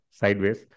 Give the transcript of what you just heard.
sideways